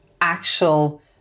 actual